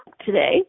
today